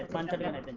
hundred and